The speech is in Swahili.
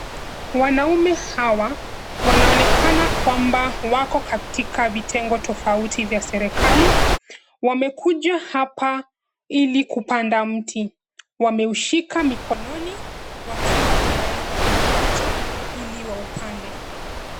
Wanaume hawa wanaonekana kwamba wako katika vitengo tofauti vya serikali. Wamekuja hapa ili kupanda mti. Wameushika mikononi wakiwa tayari kupigwa picha ili waupande.